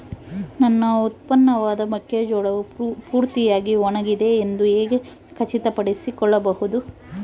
ನನ್ನ ಉತ್ಪನ್ನವಾದ ಮೆಕ್ಕೆಜೋಳವು ಪೂರ್ತಿಯಾಗಿ ಒಣಗಿದೆ ಎಂದು ಹೇಗೆ ಖಚಿತಪಡಿಸಿಕೊಳ್ಳಬಹುದು?